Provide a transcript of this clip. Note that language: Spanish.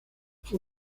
fue